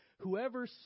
Whoever